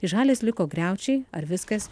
iš halės liko griaučiai ar viskas